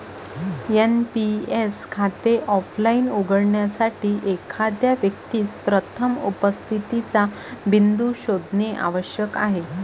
NPS खाते offline उघडण्यासाठी, एखाद्या व्यक्तीस प्रथम उपस्थितीचा बिंदू शोधणे आवश्यक आहे